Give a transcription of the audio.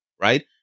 right